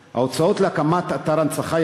הקמת אתר הנצחה,